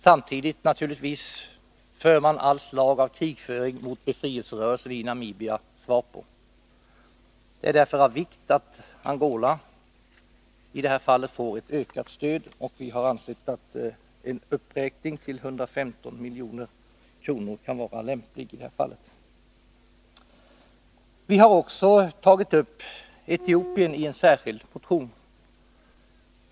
Samtidigt bedriver man naturligtvis all slags krigföring mot befrielserörelsen SWAPO i Namibia. Det är därför av vikt att Angola får ett ökat stöd, och vi har ansett att en uppräkning till 115 milj.kr. kan vara lämplig. Vi hari en särskild motion också tagit upp biståndet till Etiopien.